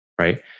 Right